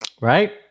Right